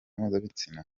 mpuzabitsina